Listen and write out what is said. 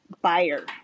buyer